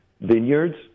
vineyards